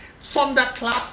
thunderclap